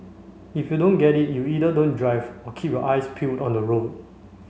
if you don't get it you either don't drive or keep your eyes peeled on the road